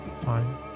Fine